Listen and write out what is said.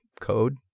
code